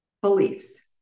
beliefs